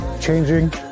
changing